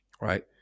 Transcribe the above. right